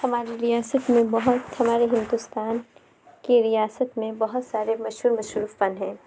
ہماری ریاست میں بہت ہمارے ہندوستان کے ریاست میں بہت سارے مشہور مشہور فن ہیں